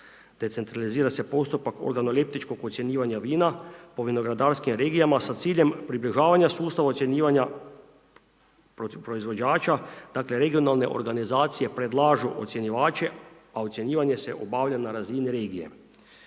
Decentralizira se postupak od analitičkog ocjenjivanja vina u vinogradarskim regijama sa ciljem približavanju sustava ocjenjivanja proizvođača, dakle regionalne organizacije predlažu ocjenjivače, a ocjenjivanje se obavlja na razini regije.